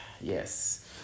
yes